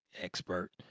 expert